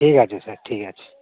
ঠিক আছে স্যার ঠিক আছে